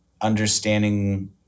understanding